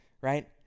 right